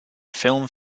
film